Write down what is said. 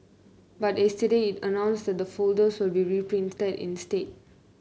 but yesterday it announced that the folders will be reprinted instead